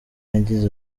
yagize